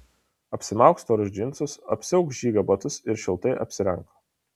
apsimauk storus džinsus apsiauk žygio batus ir šiltai apsirenk